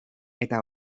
eta